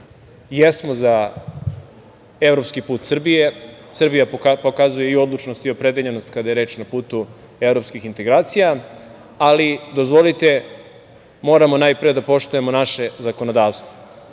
jesmo za evropski put Srbije, Srbija pokazuje i odlučnost i opredeljenost kada je reč na putu evropskih integracija, ali, dozvolite, moramo najpre da poštujemo naše zakonodavstvo.